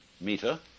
meter